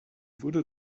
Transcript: wurde